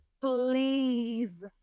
please